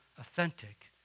authentic